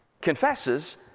confesses